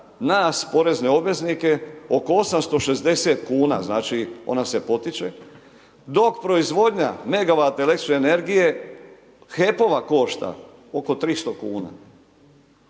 nas porezne obveznike oko 860 kuna, znači ona se potiče dok proizvodnja megavat električne energije HEP-ova košta oko 300 kuna.